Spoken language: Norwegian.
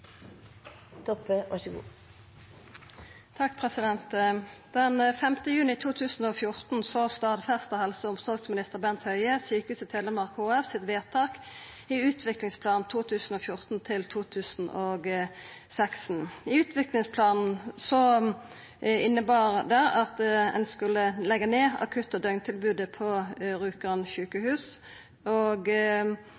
juni 2014 stadfesta helse- og omsorgsminister Bent Høie Sjukehuset Telemark HF sitt vedtak i utviklingsplan 2014–2016. Utviklingsplanen innebar at ein skulle leggja ned akutt- og døgntilbodet på